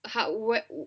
like what